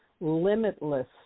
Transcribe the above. limitless